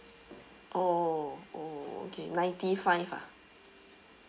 oh oh okay ninety five ah